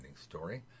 story